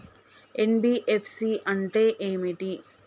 NBFC అంటే ఏమిటి?